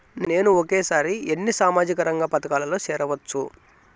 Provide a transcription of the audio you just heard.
నేను ఒకేసారి ఎన్ని సామాజిక రంగ పథకాలలో సేరవచ్చు?